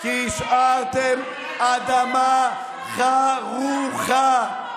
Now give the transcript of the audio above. השארתם אדמה חרוכה.